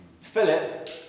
Philip